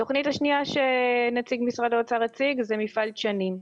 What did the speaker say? התוכנית השנייה שנציג משרד האוצר הציג זה מפעל דשנים.